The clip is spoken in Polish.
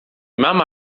mama